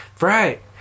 Right